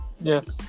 Yes